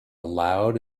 loud